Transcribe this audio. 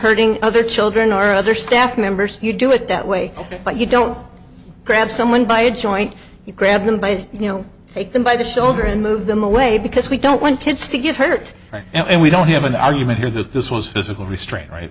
hurting other children or other staff members you do it that way ok but you don't grab someone by a joint you grab them by you know take them by the shoulder and move them away because we don't want kids to get hurt and we don't have an argument here that this was physical restraint right